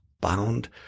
bound